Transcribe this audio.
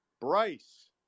Bryce